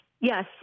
Yes